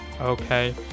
okay